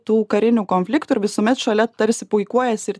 tų karinių konfliktų ir visuomet šalia tarsi puikuojasi ir